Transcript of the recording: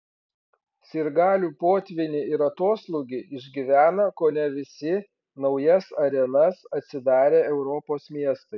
sirgalių potvynį ir atoslūgį išgyvena kone visi naujas arenas atsidarę europos miestai